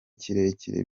kirekire